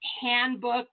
handbook